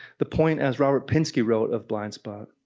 the point as robert pinsky wrote of blind spot,